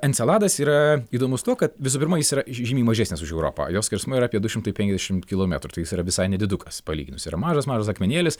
enceladas yra įdomus tuo kad visų pirma jis yra žymiai mažesnis už europą jo skersmuo yra apie du šimtai penkiasdešimt kilometrų tai jis yra visai nedidukas palyginus yra mažas mažas akmenėlis